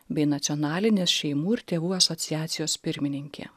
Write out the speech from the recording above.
bei nacionalinės šeimų ir tėvų asociacijos pirmininkė